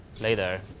later